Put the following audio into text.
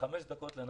עם זאת,